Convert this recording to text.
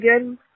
again